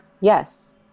Yes